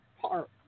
park